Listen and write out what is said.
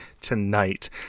tonight